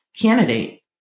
candidate